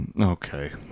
Okay